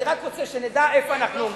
אני רק רוצה שנדע איפה אנחנו עומדים.